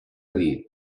dir